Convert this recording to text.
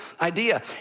idea